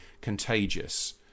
contagious